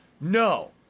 no